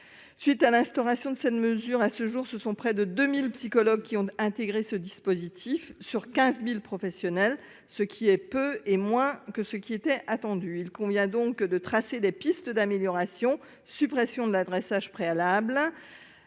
suite à l'instauration de cette mesure, à ce jour, ce sont près de 2000 psychologues qui ont intégré ce dispositif sur 15000 professionnels, ce qui est peu, et moins que ce qui était attendu, il convient donc de tracer des pistes d'amélioration : suppression de l'adressage préalable